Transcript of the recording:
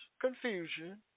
confusion